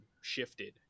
shifted